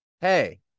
hey